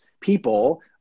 people